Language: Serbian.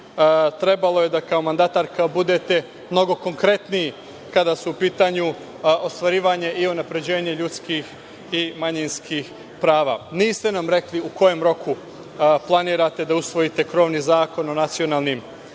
trebalo je da kao mandatarka budete mnogo konkretniji kada su u pitanju ostvarivanje i unapređenje ljudskih i manjinskih prava. Niste nam rekli u kom roku planirate da usvojite krovni zakon o nacionalnim manjinama